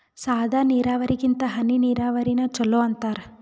ಸಾದ ನೀರಾವರಿಗಿಂತ ಹನಿ ನೀರಾವರಿನ ಚಲೋ ಅಂತಾರ